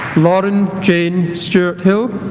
lauren jane stuart-hill